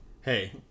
Hey